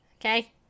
Okay